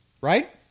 Right